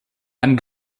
and